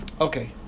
okay